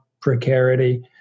precarity